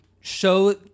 show